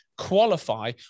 qualify